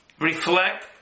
reflect